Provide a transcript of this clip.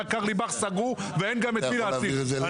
קרליבך סגרו ואין גם את מי להציל.